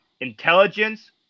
intelligence